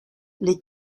les